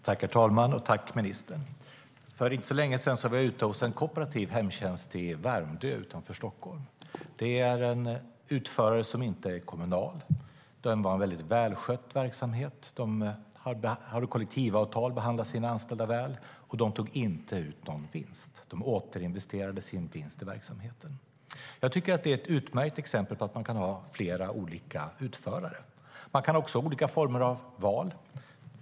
Herr talman! Jag tackar ministern. För inte så länge sedan var jag ute hos en kooperativ hemtjänst i Värmdö utanför Stockholm. Det är en utförare som inte är kommunal. Det är en väldigt välskött verksamhet. De har kollektivavtal och behandlar sina anställda väl, och de tar inte ut någon vinst. De återinvesterar sin vinst i verksamheten. Jag tycker att det är ett utmärkt exempel på att man kan ha flera olika utförare. Man kan också ha olika former av val.